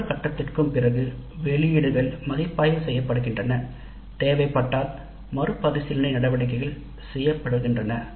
ஒவ்வொரு கட்டத்திற்கும் பிறகு வெளியீடுகள் மதிப்பாய்வு செய்யப்படுகின்றன தேவைப்பட்டால் மறுபரிசீலனை நடவடிக்கைகள் செய்யப்படுகின்றன